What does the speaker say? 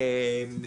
והמסעדות.